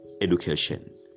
education